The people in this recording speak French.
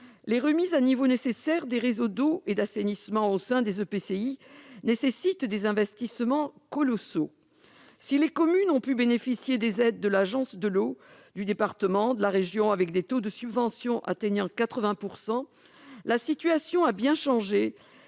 Les remises à niveau nécessaires des réseaux d'eau et d'assainissement au sein des EPCI nécessitent des investissements colossaux. Si les communes ont pu bénéficier des aides de l'Agence de l'eau, du département, de la région, avec des taux de subvention atteignant 80 %, la situation a bien changé,